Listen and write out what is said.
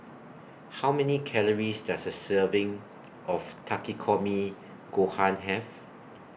How Many Calories Does A Serving of Takikomi Gohan Have